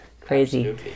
Crazy